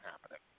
happening